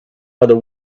other